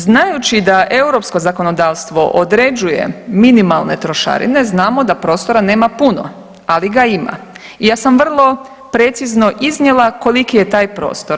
Znajući da europsko zakonodavstvo određuje minimalne trošarine znamo da prostora nema puno, ali ga ima i ja sam vrlo precizno iznijela koliki je taj prostor.